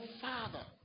Father